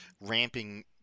ramping